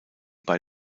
bei